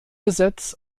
gesetz